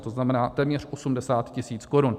To znamená téměř 80 tis. korun.